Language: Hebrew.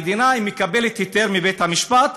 המדינה מקבלת היתר מבית-המשפט,